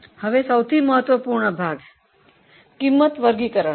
હવે સૌથી મહત્વપૂર્ણ ભાગ ખર્ચનો વર્ગીકરણ છે